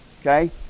okay